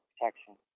protection